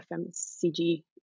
fmcg